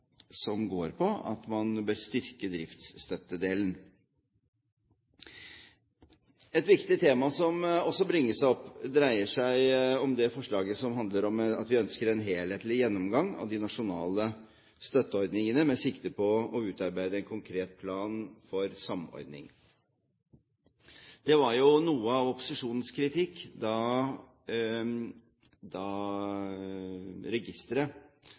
går på at man bør styrke driftsstøtten. Et viktig tema som også bringes opp, dreier seg om det forslaget som handler om at vi ønsker en helhetlig gjennomgang av de nasjonale støtteordningene med sikte på å utarbeide en konkret plan for samordning. Noe av opposisjonens kritikk da frivillighetsregisteret ble satt i gang, var at det ikke var tilrettelagt for at registeret